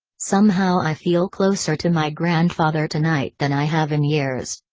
somehow i feel closer to my grandfather tonight than i have in years.